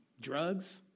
drugs